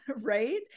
right